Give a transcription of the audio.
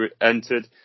entered